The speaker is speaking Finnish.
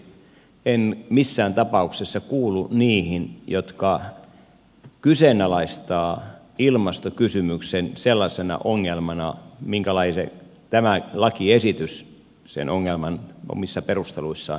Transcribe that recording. en missään tapauksessa kuulu niihin jotka kyseenalaistavat ilmastokysymyksen sellaisena ongelmana minkälaisena tämä lakiesitys sen omissa perusteluissaan näkee